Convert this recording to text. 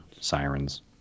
sirens